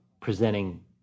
presenting